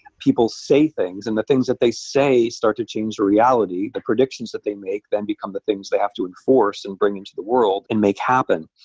people say things and the things that they say start to change the reality. the predictions that they make then become the things they have to enforce and bring into the world and make happen.